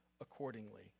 accordingly